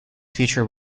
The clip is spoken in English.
future